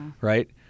right